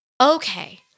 okay